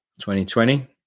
2020